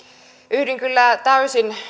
yhdyn kyllä täysin